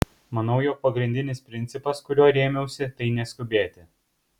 manau jog pagrindinis principas kuriuo rėmiausi tai neskubėti